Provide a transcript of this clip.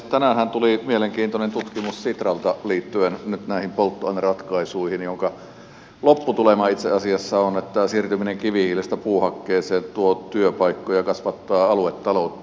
tänäänhän tuli mielenkiintoinen tutkimus sitralta liittyen nyt näihin polttoaineratkaisuihin jonka lopputulema itse asiassa on että siirtyminen kivihiilestä puuhakkeeseen tuo työpaikkoja ja kasvattaa aluetaloutta merkittävästi